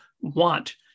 want